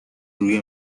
روی